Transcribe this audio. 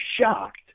shocked